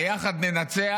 ה"יחד ננצח"